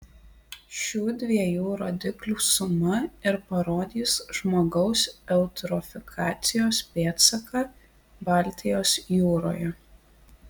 šių dviejų rodiklių suma ir parodys žmogaus eutrofikacijos pėdsaką baltijos jūroje